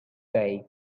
day